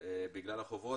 בגלל החובות,